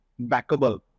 backable